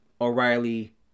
O'Reilly